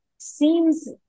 seems